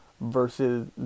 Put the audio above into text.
versus